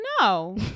No